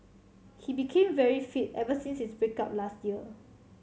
he became very fit ever since his break up last year